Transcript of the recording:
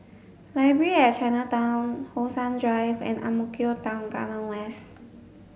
Library at Chinatown How Sun Drive and Ang Mo Kio Town Garden West